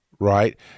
right